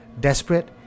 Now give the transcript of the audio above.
desperate